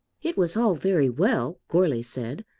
it was all very well, goarly said,